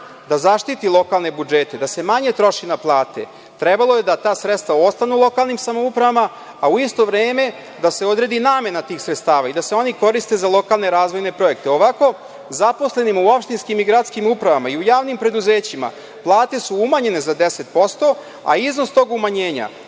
da zaštiti lokalne budžete da se manje troši na plate trebalo je da ta sredstva ostanu lokalnim samoupravama, a u isto vreme da se odredi namena tih sredstava i da se oni koriste za lokalne razvojne projekte. Ovo zaposlenima u opštinskim i gradskim upravama i u javnim preduzećima plate su umanjene za 10%, a iznos tog umanjenja